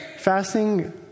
fasting